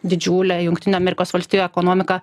didžiulę jungtinių amerikos valstijų ekonomiką